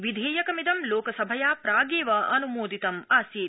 विधेयकमिदं लोकसभया प्रागेव अन्मोदितम् आसीत्